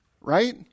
right